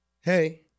hey